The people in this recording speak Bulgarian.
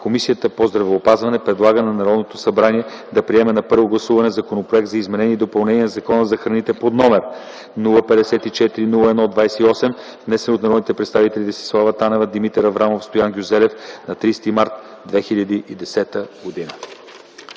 Комисията по здравеопазването предлага на Народното събрание да приеме на първо гласуване Законопроект за изменение и допълнение на Закона за храните, № 054-01-28, внесен от народните представители Десислава Танева, Димитър Аврамов и Стоян Гюзелев на 30 март 2010 г.”